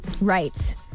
Right